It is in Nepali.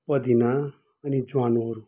पदिना अनि ज्वानोहरू